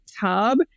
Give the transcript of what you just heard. tub